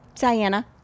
Diana